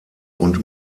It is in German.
und